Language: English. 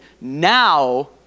Now